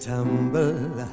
Tumble